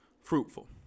Fruitful